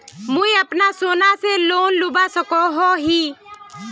मुई अपना सोना से लोन लुबा सकोहो ही?